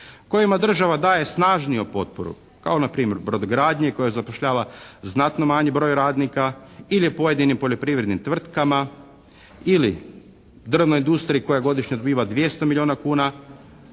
kojima država daje snažniju potporu. Kao npr. brodogradnji koja zapošljava znatno manji broj radnika ili pojedinim poljoprivrednim tvrtkama, ili drvnoj industriji koja godišnje dobiva 200 milijuna kuna